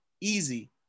Easy